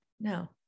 No